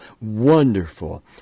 wonderful